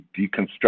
deconstruct